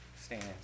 stands